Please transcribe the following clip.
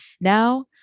Now